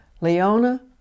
Leona